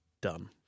done